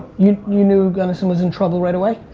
you you knew gunnison was in trouble right away?